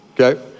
okay